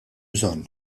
bżonn